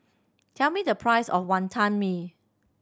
tell me the price of Wonton Mee